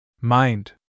Mind